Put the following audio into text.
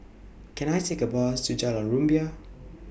Can I Take A Bus to Jalan Rumbia